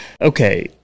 Okay